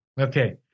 Okay